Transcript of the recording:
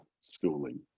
schooling